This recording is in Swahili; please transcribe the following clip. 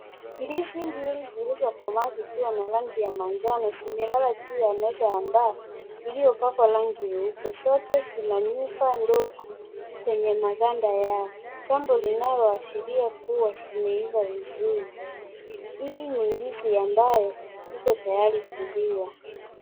Ndizi mbili zilizokomaa zikiwa na rangi ya manjano, zimelala juu ya meza ya mbao, iliyopakwa rangi nyeup, zote zina nyufa ndogo kwenye maganda yao. Jambo linaloashiria kuwa zimeiva vizuri. Hii ni ndizi ambayo iko tayari kuliwa.